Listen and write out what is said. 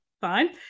fine